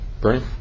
Bernie